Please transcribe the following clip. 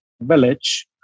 village